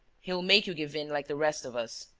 he'll make you give in like the rest of us.